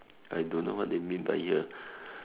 I don't know what they mean by here